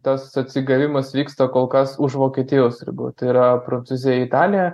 tas atsigavimas vyksta kol kas už vokietijos ribų tai yra prancūzija italija